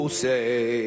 say